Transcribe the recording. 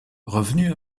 revenue